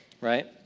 right